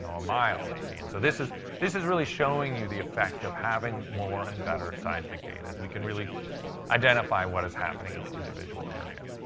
a mile, maybe. and so this is this is really showing you the effect of having more and better seismic data is we can really identify what is happening in an individual area.